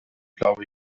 glaube